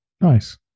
Nice